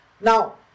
now